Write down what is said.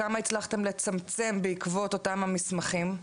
בכמה הצלחתם לצמצם בעקבות אותם המסמכים?